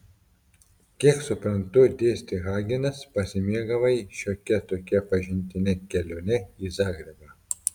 kiek suprantu dėstė hagenas pasimėgavai šiokia tokia pažintine kelione į zagrebą